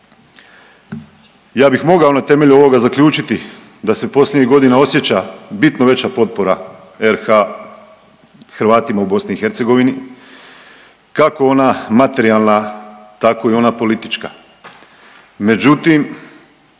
Ja bih mogao na temelju ovoga zaključiti da se posljednjih godina osjeća bitno veća potpora RH Hrvatima u Bosni i Hercegovini, kako ona materijalna, tako i ona politička.